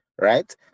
right